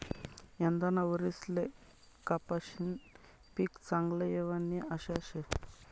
यंदाना वरीसले कपाशीनं पीक चांगलं येवानी आशा शे